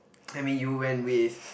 I mean you went with